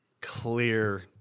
clear